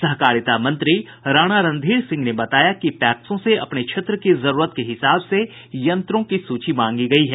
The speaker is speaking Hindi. सहकारिता मंत्री राणा रणधीर सिंह ने बताया कि पैक्सों से अपने क्षेत्र की जरूरत के हिसाब से यंत्रों की सूची मांगी गयी है